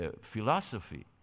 philosophy